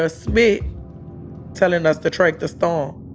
ah smith telling us to track the storm.